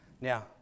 Now